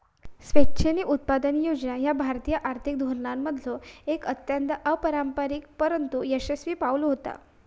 स्वेच्छेने उत्पन्न योजना ह्या भारतीय आर्थिक धोरणांमधलो एक अत्यंत अपारंपरिक परंतु यशस्वी पाऊल होता